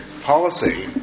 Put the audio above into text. policy